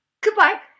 goodbye